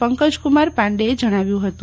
પંકજકુમાર પાંડેએ જણાવ્યુ હતું